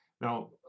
Now